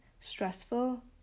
stressful